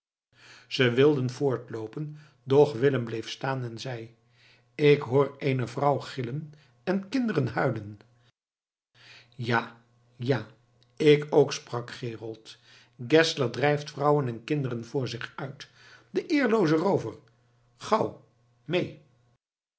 ze wilden voortloopen doch willem bleef staan en zeî ik hoor eene vrouw gillen en kinderen huilen ja ja ik ook sprak gerold geszler drijft vrouwen en kinderen voor zich uit de eerlooze roover gauw mee